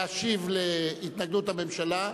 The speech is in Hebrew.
להשיב על התנגדות הממשלה.